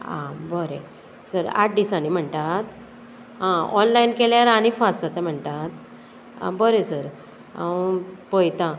आं बरें सर आठ दिसांनी म्हणटात आं ऑनलायन केल्यार आनी फास्ट जाता म्हणटात आं बरें सर हांव पयतां